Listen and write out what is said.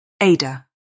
Ada